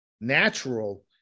natural